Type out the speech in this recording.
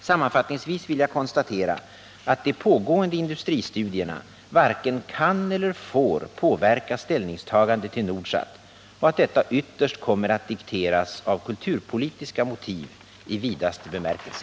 Sammanfattningsvis vill jag konstatera att de pågående industristudierna varken kan eller får påverka ställningstagandet till Nordsat och att detta ytterst kommer att dikteras av kulturpolitiska motiv i vidaste bemärkelse.